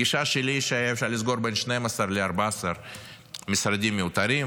הגישה שלי היא שהיה אפשר לסגור בין 12 ל-14 משרדים מיותרים,